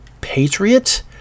patriot